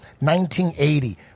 1980